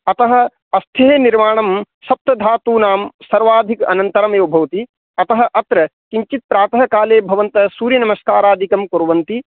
अतः अस्थेः निर्माणं सप्तधातूनां सर्वाधिकानन्तरम् एव भवति अतः अत्र किञ्चित् प्रातःकाले भवन्तः सूर्यनमस्कारादिकं कुर्वन्ति